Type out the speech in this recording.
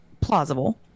plausible